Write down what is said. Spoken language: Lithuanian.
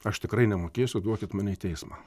aš tikrai nemokėsiu duokit mane į teismą